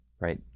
right